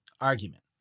argument